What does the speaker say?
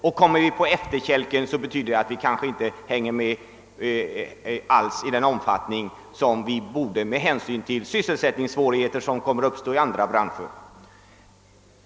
Om vi kommer på efterkälken betyder det att vi kanske inte alls hänger med i den omfattning som vi borde med hänsyn till sysselsättningssvårigheter som kommer att uppstå inom andra branscher.